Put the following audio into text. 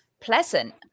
pleasant